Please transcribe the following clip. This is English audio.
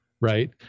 right